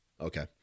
Okay